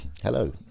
Hello